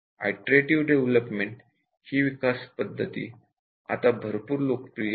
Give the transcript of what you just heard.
iterative development ही development process आता भरपूर लोकप्रिय आहे